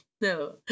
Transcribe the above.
no